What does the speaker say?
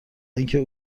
اینکه